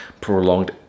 prolonged